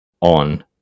on